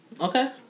Okay